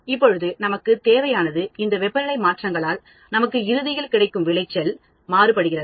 இப்பொழுது நமக்கு தேவையானது இந்த வெப்பநிலை மாற்றங்களால் நமக்கு இறுதியில் கிடைக்கும் விளைச்சல் மாறுபடுகிறதா